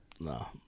No